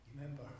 remember